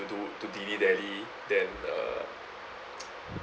to do to dilly dally then uh